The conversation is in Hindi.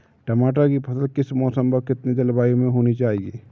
टमाटर की फसल किस मौसम व कितनी जलवायु में होनी चाहिए?